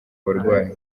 abarwayi